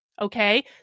Okay